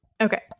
okay